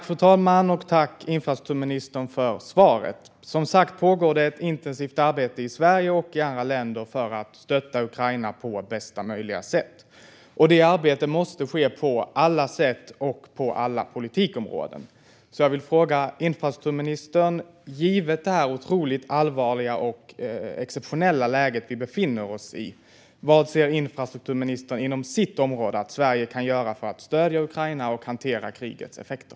Fru talman! Tack för svaret, infrastrukturministern! Det pågår som sagt ett intensivt arbete i Sverige och flera andra länder för att stötta Ukraina på bästa möjliga sätt. Det arbetet måste ske på alla sätt och på alla politikområden. Jag vill därför ställa ännu en fråga till infrastrukturministern. Givet det otroligt allvarliga och exceptionella läge vi befinner oss i, vad ser infrastrukturministern att Sverige inom hans område kan göra för att stödja Ukraina och hantera krigets effekter?